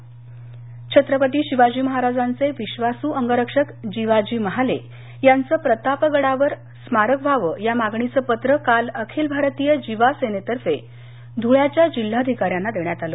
धुळे छत्रपती शिवाजी महाराजांचे विश्वासू अंगरक्षक जिवाजी महाले यांचं प्रतापगडावर स्मारक व्हावं या मागणीचं पत्र काल अखिल भारतीय जिवा सेनेतर्फे धूळ्याच्या जिल्हाधिकाऱ्यांना देण्यात आलं